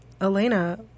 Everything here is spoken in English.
Elena